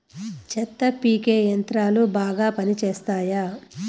చెత్త పీకే యంత్రాలు బాగా పనిచేస్తాయా?